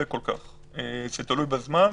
זה תלוי בזמן,